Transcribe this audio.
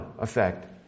effect